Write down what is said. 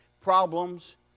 problems